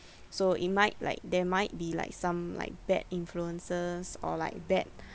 so it might like there might be like some like bad influences or like bad